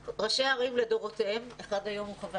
ראשי ערים לדורותיהם אחד מהם הוא היום חבר